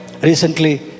Recently